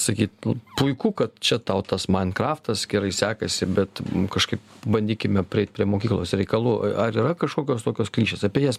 sakyt puiku kad čia tau tas mainkraftas gerai sekasi bet kažkaip bandykime prieit prie mokyklos reikalų ar yra kažkokios tokios klišės apie jas